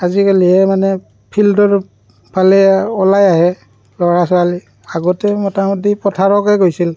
আজিকালিহে মানে ফিল্ডৰ ফালে ওলাই আহে ল'ৰা ছোৱালী আগতে মোটামুটি পথাৰলৈকে গৈছিল